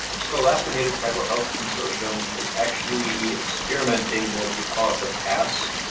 so, alaskan native tribal health consortium is actually experimenting with we call it the pass